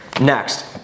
Next